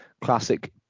classic